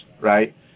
right